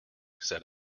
said